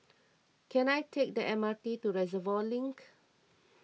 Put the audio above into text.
can I take the M R T to Reservoir Link